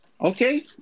Okay